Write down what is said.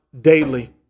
daily